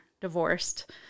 divorced